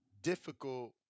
difficult